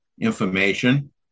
information